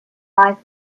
life